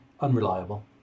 unreliable